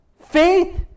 faith